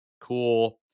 Cool